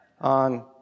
on